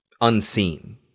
unseen